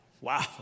Wow